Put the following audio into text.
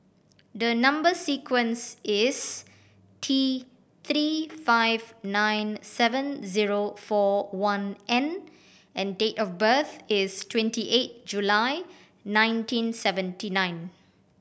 the number sequence is T Three five nine seven zero four one N and date of birth is twenty eight July nineteen seventy nine